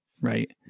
Right